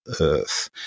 earth